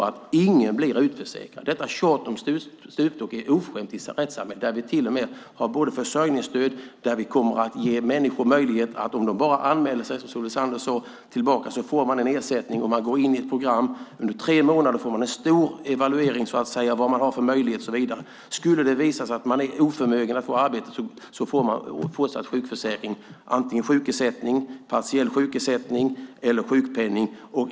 Ingen blir utförsäkrad. Detta tjat om stupstock är oförskämt i ett samhälle där vi till och med har försörjningsstöd och där människor som Solveig Zander sade får en ersättning och går in i ett program om de bara anmäler sig. Under tre månader får man en stor evaluering av vad man har för möjligheter. Skulle det visa sig att man är oförmögen att arbeta får man fortsatt sjukförsäkring - antingen sjukersättning, partiell sjukersättning eller sjukpenning.